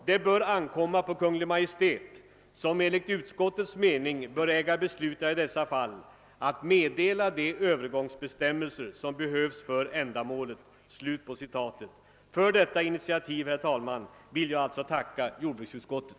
Det bör ankomma på Kungl. Maj:t, som enligt utskottets mening bör äga besluta i dessa fall, att meddela de övergångsbestämmelser som behövs för ändamålet.» För detta initiativ, herr talman, vill jag alltså tacka jordbruksutskottet.